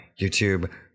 YouTube